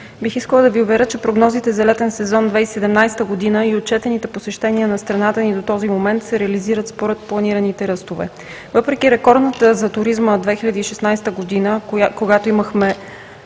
бих искала да Ви уверя, че прогнозите за летен сезон 2017 г. и отчетените посещения на страната ни до този момент се реализират според планираните ръстове. Въпреки рекордната за туризма 2016 г., когато имахме